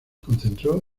concentró